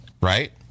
right